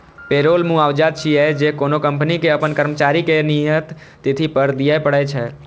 payroll मुआवजा छियै, जे कोनो कंपनी कें अपन कर्मचारी कें नियत तिथि पर दियै पड़ै छै